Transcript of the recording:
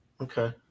Okay